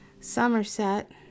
Somerset